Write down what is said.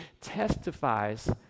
testifies